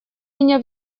меня